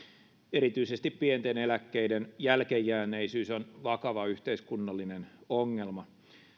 erityisesti pienten eläkkeiden jälkeenjääneisyys on vakava yhteiskunnallinen ongelma